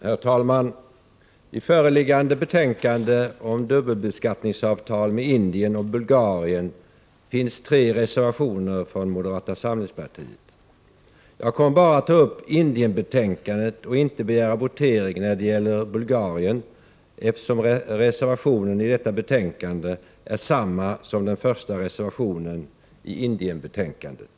Herr talman! I föreliggande betänkanden om dubbelbeskattningsavtal med Indien och Bulgarien finns tre reservationer från moderata samlingspartiet. Jag kommer bara att ta upp Indienbetänkandet och inte begära votering när det gäller Bulgarien, eftersom reservationen i betänkandet om Bulgarien har samma innehåll som reservation nr 1 i Indienbetänkandet.